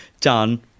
done